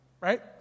Right